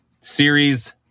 series